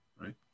right